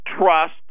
trust